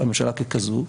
ככזו,